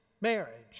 marriage